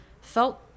felt